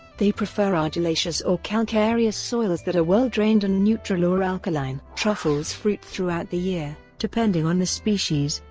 they prefer argillaceous or calcareous soils that are well drained and neutral or alkaline. truffles fruit throughout the year, depending on the species,